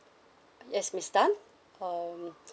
yes miss tan um